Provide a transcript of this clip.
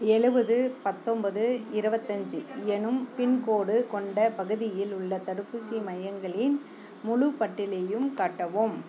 எழுபது பத்தொம்பது இருபத்தஞ்சி எனும் பின்கோடு கொண்ட பகுதியில் உள்ள தடுப்பூசி மையங்களின் முழுப்பட்டியலையும் காட்டவும்